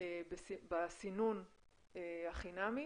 בסינון החינמי,